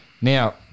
now